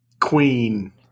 queen